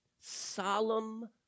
solemn